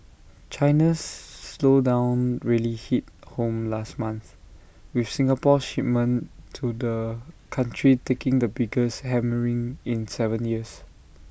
China's slowdown really hit home last month with Singapore's shipments to the country taking the biggest hammering in Seven years